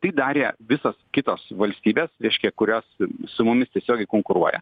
tai darė visos kitos valstybės reiškia kurios su mumis tiesiogiai konkuruoja